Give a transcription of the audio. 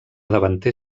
davanter